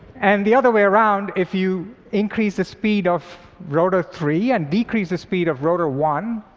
and the other way around, if you increase the speed of rotor three and decrease the speed of rotor one,